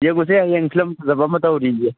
ꯌꯦꯡꯉꯨꯁꯦ ꯍꯌꯦꯡ ꯐꯤꯂꯝ ꯐꯖꯕ ꯑꯃ ꯇꯧꯔꯤꯌꯦ